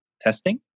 testing